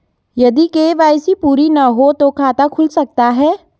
यदि के.वाई.सी पूरी ना हो तो खाता खुल सकता है?